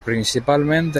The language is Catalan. principalment